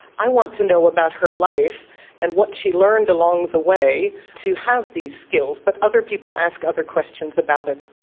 i want to know about her life and what she learned along the way to have these skills, but other people ask other questions about it.